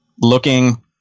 looking